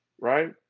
Right